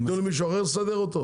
יתנו למישהו אחר לסדר אותו?